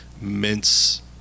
mince